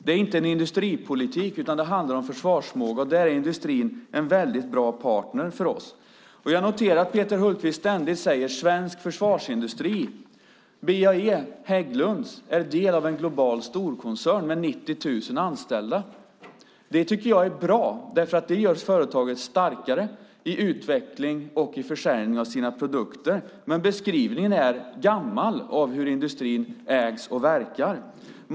Det är inte en industripolitik, utan det handlar om försvarsförmåga, och där är industrin en väldigt bra partner för oss. Jag noterar att Peter Hultqvist ständigt talar om svensk försvarsindustri. BAE Hägglunds är en del av en global storkoncern med 90 000 anställda. Det tycker jag är bra, därför att det gör företaget starkare i utveckling och i försäljning av sina produkter. Men beskrivningen av hur industrin ägs och verkar är gammal.